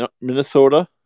Minnesota